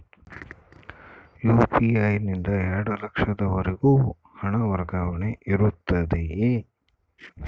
UPI ನಿಂದ ಎರಡು ಲಕ್ಷದವರೆಗೂ ಹಣ ವರ್ಗಾವಣೆ ಇರುತ್ತದೆಯೇ?